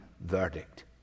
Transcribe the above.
verdict